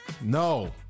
no